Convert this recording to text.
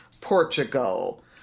Portugal